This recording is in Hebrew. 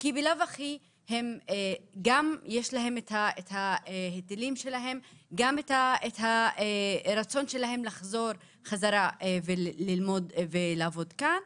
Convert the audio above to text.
כי בלאו הכי יש להם את ההיטלים שלהם וגם רצון לחזור חזרה לעבוד כאן,